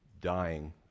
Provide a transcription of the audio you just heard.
dying